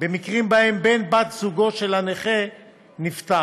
במקרים שבהם בן-זוג או בת-זוג של הנכה נפטר.